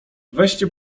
weźcie